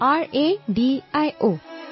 R-A-D-I-O